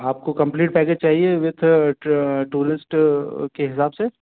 आपको complete package चाहिए with tourist के हिसाब से